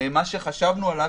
את מה שחשבנו עליו,